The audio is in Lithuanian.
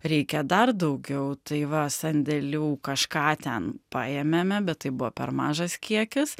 reikia dar daugiau tai va sandėlių kažką ten paėmėme bet tai buvo per mažas kiekis